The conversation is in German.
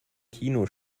kino